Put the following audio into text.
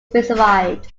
specified